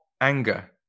anger